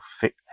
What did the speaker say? fit